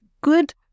good